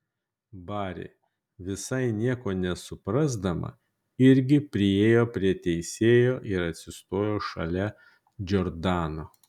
bari visai nieko nesuprasdama irgi priėjo prie teisėjo ir atsistojo šalia džordano